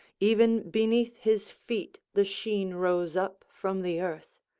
even beneath his feet the sheen rose up from the earth.